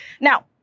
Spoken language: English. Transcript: Now